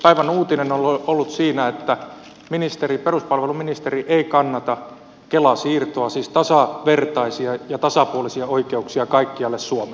päivän uutinen on ollut siinä että peruspalveluministeri ei kannata kela siirtoa siis tasavertaisia ja tasapuolisia oikeuksia kaikkialle suomeen